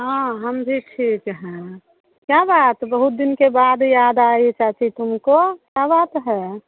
हाँ हम देख कर देते हैं क्या बात बहुत दिन के बाद याद आइ चाची तुमको क्या बात है